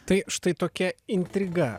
tai štai tokia intriga